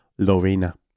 Lorena